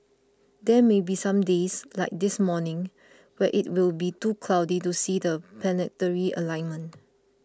there may be some days like this morning where it will be too cloudy to see the planetary alignment